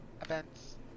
Events